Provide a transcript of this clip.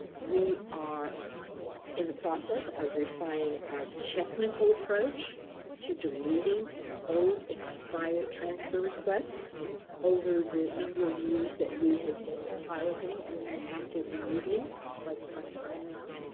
we are in the process of refining our technical approach to deleting old expired transfer requests over the number of years that we have been piloting and then actively using for quite some time now.